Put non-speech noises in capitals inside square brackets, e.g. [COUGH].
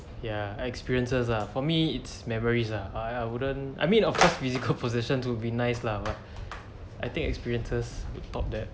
yeah experiences ah for me it's memories ah I I wouldn't I mean of course physical position to be nice lah but [BREATH] I think experiences top that